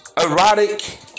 erotic